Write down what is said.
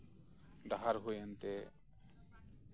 ᱰᱟᱦᱟᱨ ᱦᱩᱭ ᱮᱱᱛᱮ